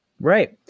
Right